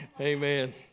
amen